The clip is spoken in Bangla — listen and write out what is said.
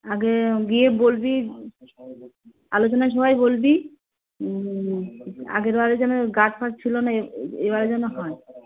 আগে গিয়ে বলবি আলোচনা সভায় বলবি আগেরবারে যেন গার্ড ফাড ছিলো না এ এবারে যেন হয়